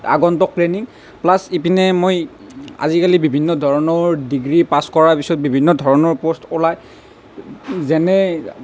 আগন্তুক প্লেনিং প্লাচ ইপিনে মই আজিকালি বিভিন্ন ধৰণৰ ডিগ্ৰী পাছ কৰাৰ পিছত বিভিন্ন ধৰণৰ পোষ্ট ওলাই যেনে